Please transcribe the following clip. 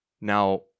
Now